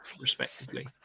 respectively